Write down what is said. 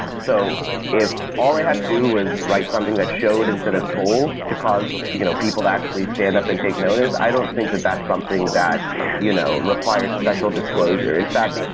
so if all i had to do was write something that showed instead of told to cause you know people to actually stand up and take notice, i don't think that that's something that you know requires special disclosure. in fact,